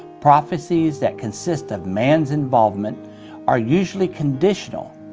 prophecies that consist of man's involvement are usually conditional.